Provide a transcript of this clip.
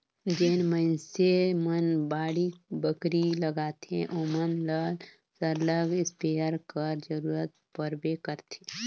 जेन मइनसे मन बाड़ी बखरी लगाथें ओमन ल सरलग इस्पेयर कर जरूरत परबे करथे